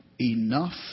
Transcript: enough